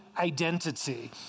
identity